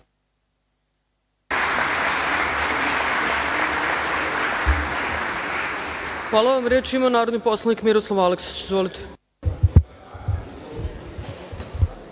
Hvala vam. Reč ima narodni poslanik Miroslav Aleksić. Izvolite.